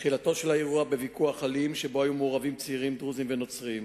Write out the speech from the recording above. תחילתו של האירוע בוויכוח אלים שבו היו מעורבים צעירים דרוזים ונוצרים.